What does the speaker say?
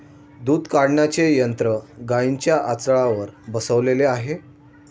दूध काढण्याचे यंत्र गाईंच्या आचळावर बसवलेले आहे